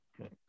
okay